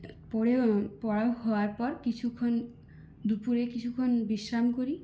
পড়ে পড়া হওয়ার পর কিছুক্ষণ দুপুরে কিছুক্ষণ বিশ্রাম করি